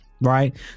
Right